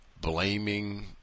blaming